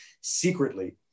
Secretly